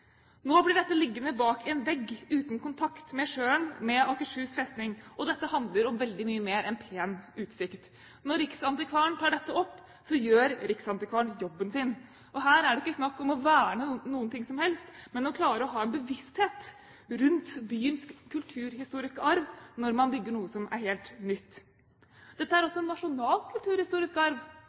Nå blir dette liggende bak en vegg uten kontakt med sjøen og Akershus festning. Dette handler om veldig mye mer enn pen utsikt. Når riksantikvaren tar dette opp, gjør riksantikvaren jobben sin. Her er det ikke snakk om å verne noe som helst, men å klare å ha en bevissthet rundt byens kulturhistoriske arv når man bygger noe som er helt nytt. Dette er også en nasjonal kulturhistorisk arv.